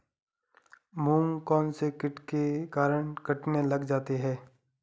मूंग कौनसे कीट के कारण कटने लग जाते हैं?